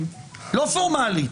לא פורמלית,